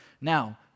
now